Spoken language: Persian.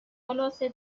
خلاصه